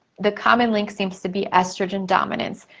the common link seems to be estrogen dominance.